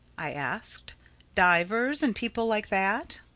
i asked divers and people like that?